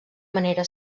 manera